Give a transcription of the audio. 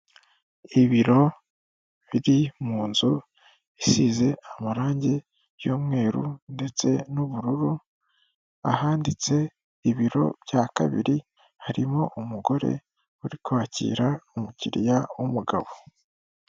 Ibiro biri mu nzu isize amarange y'umweru ndetse n'ubururu, ahanditse ibiro bya kabiri harimo umugore uri kwakira umukiriya w'umugabo.